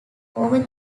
over